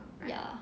ya